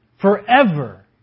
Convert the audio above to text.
Forever